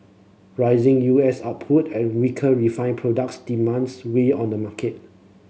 rising U S output and weaker refined products demands weighed on the market